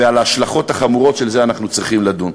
ועל ההשלכות החמורות של זה אנחנו צריכים לדון.